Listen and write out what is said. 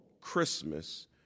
Christmas